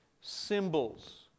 symbols